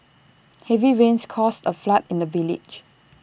heavy rains caused A flood in the village